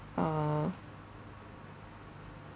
uh